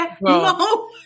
No